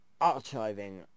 Archiving